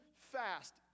fast